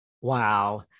Wow